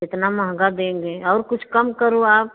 इतना महंगा देंगे और कुछ कम करो आप